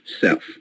self